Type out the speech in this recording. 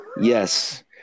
Yes